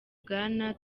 bwana